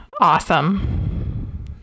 Awesome